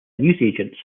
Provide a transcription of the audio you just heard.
newsagents